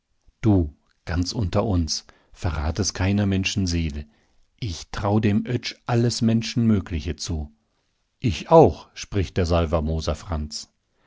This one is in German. du ganz unter uns verrat es keiner menschenseele ich trau dem oetsch alles menschenmögliche zu ich auch spricht der salvermoser franz